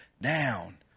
down